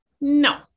No